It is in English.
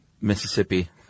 Mississippi